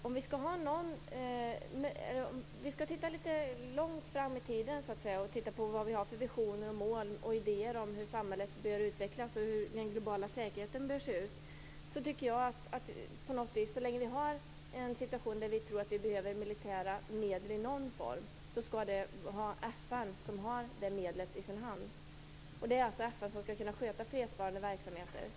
Herr talman! Om vi ser långt fram i tiden på vad vi har för visioner, mål och idéer när det gäller hur samhället skall utvecklas och hur den globala säkerheten skall se ut, tycker jag att så länge som vi anser att det behövs militära medel i någon form skall det vara FN som har dessa medel i sin hand. Det är alltså FN som skall sköta fredsbevarande verksamheter.